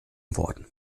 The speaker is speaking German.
worden